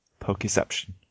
Pokeception